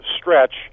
stretch